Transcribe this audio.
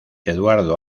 eduardo